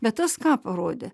bet tas ką parodė